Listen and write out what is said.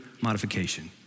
modification